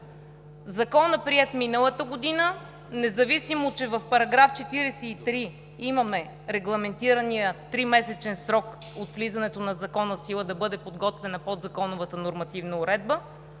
Закона, приет миналата година, в § 43 имаме в регламентирания 3-месечен срок от влизането на Закона в сила да бъде подготвена подзаконовата нормативна уредба.